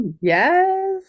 Yes